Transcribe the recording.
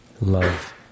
love